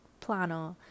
planner